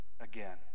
again